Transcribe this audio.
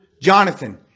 Jonathan